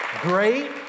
Great